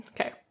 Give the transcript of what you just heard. Okay